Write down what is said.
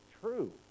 true